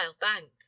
bank